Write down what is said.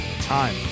time